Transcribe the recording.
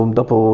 dopo